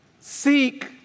Seek